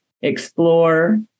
explore